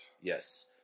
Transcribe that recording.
Yes